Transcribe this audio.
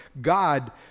God